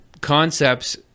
concepts